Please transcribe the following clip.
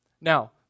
Now